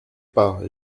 pas